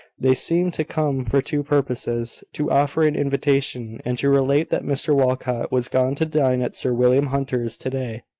they seemed to come for two purposes to offer an invitation, and to relate that mr walcot was gone to dine at sir william hunter's to-day,